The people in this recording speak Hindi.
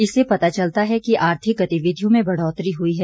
इससे पता चलता है कि आर्थिक गतिविधियों में बढ़ोतरी हुई है